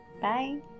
bye